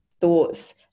thoughts